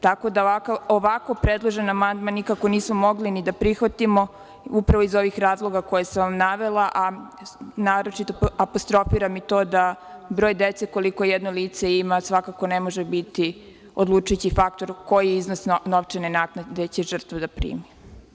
Tako da, ovako predložen amandman nikako nismo mogli ni da prihvatimo, upravo iz ovih razloga koje sam vam navela, a naročito apostrofiram i to da broj dece koliko jedno lice ima svakako ne može biti odlučujući faktor koji iznos novčane naknade će žrtva da primi.